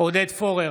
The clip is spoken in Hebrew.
עודד פורר,